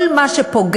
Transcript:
כל מה שפוגע